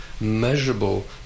measurable